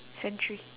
century